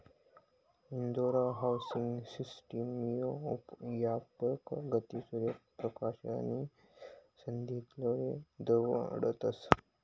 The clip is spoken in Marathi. इंदोर हाउसिंग सिस्टम मुये यापक गती, सूर्य परकाश नी संधीले दवडतस